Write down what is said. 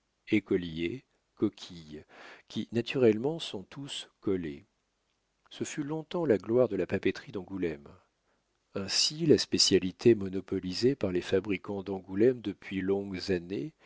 écolier coquille qui naturellement sont tous collés ce fut long-temps la gloire de la papeterie d'angoulême ainsi la spécialité monopolisée par les fabricants d'angoulême depuis longues années